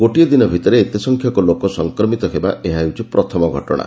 ଗୋଟିଏ ଦିନ ଭିତରେ ଏତେ ସଂଖ୍ୟକ ଲୋକ ସଂକ୍ରମିତ ହେବା ଏହା ହେଉଛି ପ୍ରଥମ ଘଟଣା